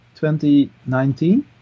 2019